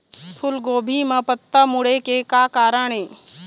फूलगोभी म पत्ता मुड़े के का कारण ये?